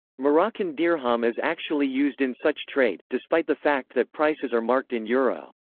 moroccan dirham is actually used in such trade, despite the fact that prices are marked in euro.